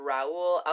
Raul